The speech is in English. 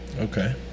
Okay